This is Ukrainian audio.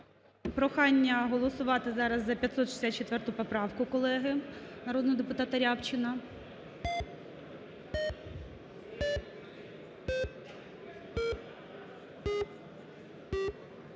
Прохання голосувати зараз за 564 поправку, колеги, народного депутата Рябчина.